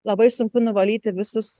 labai sunku nuvalyti visus